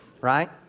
Right